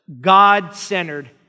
God-centered